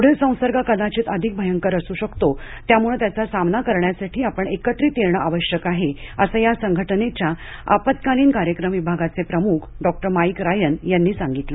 पुढील संसर्ग कदाचित अधिक गंभीर असू शकतो त्यामूळं त्याचा सामना करण्यासाठी आपण एकत्रित येणं आवश्यक आहे असं या संघटनेच्या आपत्कालीन कार्यक्रम विभागाचे प्रमुख डॉक्टर माईक रायन यांनी सांगितलं